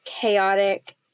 chaotic